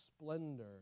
splendor